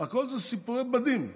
הכול זה סיפורי בדים.